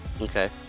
Okay